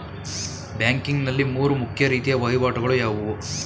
Banking ನಲ್ಲಿ ಮೂರು ಮುಖ್ಯ ರೀತಿಯ ವಹಿವಾಟುಗಳು ಯಾವುವು?